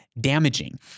damaging